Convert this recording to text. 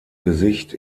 gesicht